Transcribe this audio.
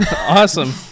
Awesome